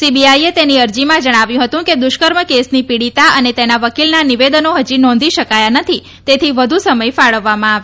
સીબીઆઈએ તેની અરજીમાં જણાવ્યું હતું કે દુષ્કર્મ કેસની પીડિતા અને તેના વકીલના નિવેદનો ફજી નોંધી શકાયા નથી તેથી વધુ સમય ફાળવવામાં આવે